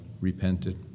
repented